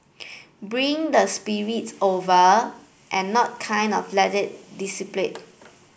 bring the spirits over and not kind of let it